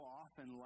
often